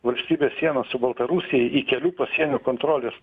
valstybės sienos su baltarusija į kelių pasienio kontrolės